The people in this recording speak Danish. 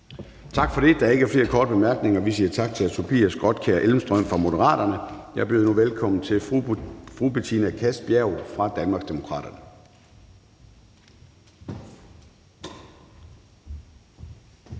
Tak for det. Der er ingen korte bemærkninger, så vi siger tak til hr. Henrik Frandsen fra Moderaterne. Jeg byder nu velkommen til fru Lise Bech fra Danmarksdemokraterne.